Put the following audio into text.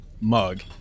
mug